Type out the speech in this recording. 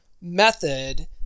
method